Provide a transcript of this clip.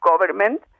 government